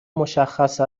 مشخص